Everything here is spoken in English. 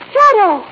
Shadow